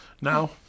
now